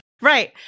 Right